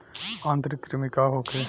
आंतरिक कृमि का होखे?